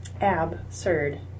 absurd